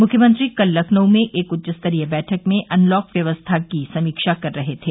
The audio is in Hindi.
मुख्यमंत्री कल लखनऊ में एक उच्चस्तरीय बैठक में अनलॉक व्यवस्था की समीक्षा कर रहे थे